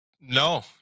no